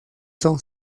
son